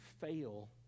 fail